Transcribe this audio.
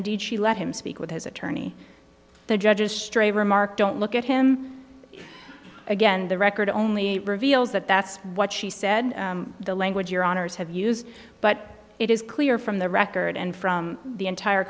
indeed she let him speak with his attorney the judge's stray remark don't look at him again the record only reveals that that's what she said the language your honour's have used but it is clear from the record and from the entire